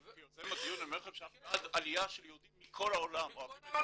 כיוזם הדיון אני אומר לכם שאנחנו בעד עליה של יהודים מכל העולם,